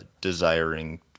desiring